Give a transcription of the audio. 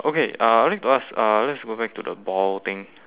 okay uh I need to ask uh let's go back to the ball thing